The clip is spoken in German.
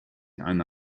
eine